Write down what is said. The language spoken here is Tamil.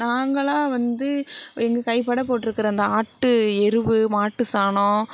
நாங்களாக வந்து எங்கள் கைப்பட போட்ருக்கிற அந்த ஆட்டு எருவு மாட்டு சாணம்